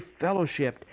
fellowshipped